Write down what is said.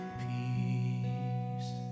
peace